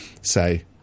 say